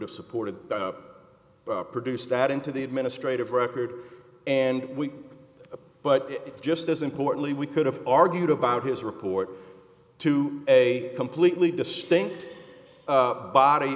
have supported produced that into the administrative record and we but just as importantly we could have argued about his report to a completely distinct body